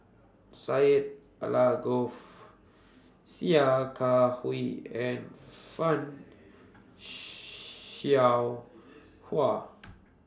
Syed Alsagoff Sia Kah Hui and fan Shao Hua